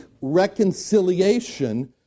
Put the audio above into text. reconciliation